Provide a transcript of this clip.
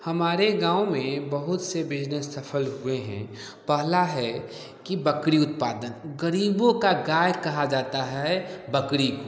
हमारे गाँव में बहुत से बिजनेस सफल हुए हैं पहला है कि बकरी उत्पादन गरीबों का गाय कहा जाता है बकरी को